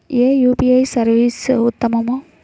ఏ UPI service ఉత్తమము?